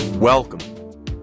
Welcome